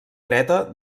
dreta